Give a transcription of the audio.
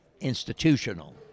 institutional